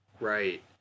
Right